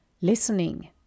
listening